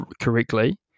correctly